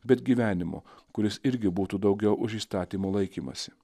bet gyvenimo kuris irgi būtų daugiau už įstatymo laikymąsi